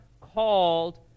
called